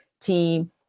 team